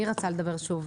מי רצה לדבר שוב?